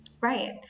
Right